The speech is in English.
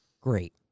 Great